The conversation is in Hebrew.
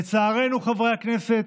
לצערנו, חברי הכנסת,